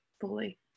fully